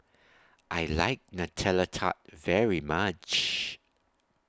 I like Nutella Tart very much